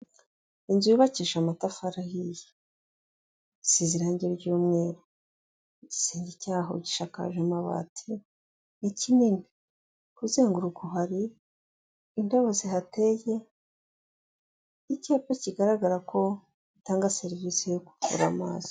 Inzu yubakishije amatafari ahiye, size irangi ry'umweru, igisenge icyaho gishakaje amabati ni kinini, ku muzenguruka hari indabo zihateye, icyapa kigaragara ko utanga serivisi yo kuvura amaso.